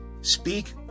speak